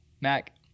Mac